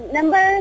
Number